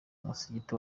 umusigiti